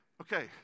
okay